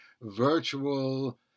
virtual